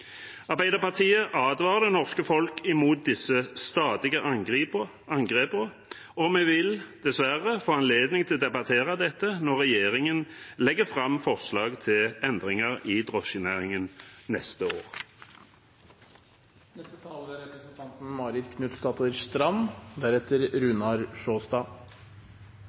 Arbeiderpartiet advarer det norske folk mot disse stadige angrepene, og vi vil – dessverre – få anledning til å debattere dette når regjeringen legger fram forslag til endringer i drosjenæringen neste år.